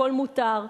הכול מותר,